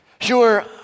Sure